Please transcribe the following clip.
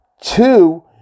two